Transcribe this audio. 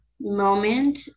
moment